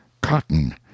cotton